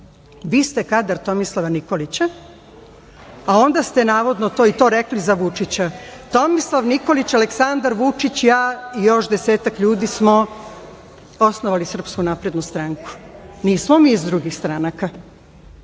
vi ste kadar Tomislava Nikolića, a onda ste navodno to i to rekli za Vučića. Tomislav Nikolić, Aleksandar Vučić, ja i još desetak ljudi smo osnovali Srpsku naprednu stranku, nismo mi iz drugih stranaka. Jesam